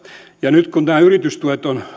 ja nyt kun nämä yritystuet